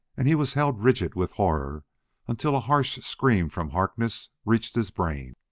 and he was held rigid with horror until a harsh scream from harkness reached his brain.